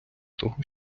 того